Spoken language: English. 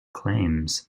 claims